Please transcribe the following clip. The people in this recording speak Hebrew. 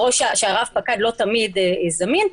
שרב פקד לא תמיד זמין,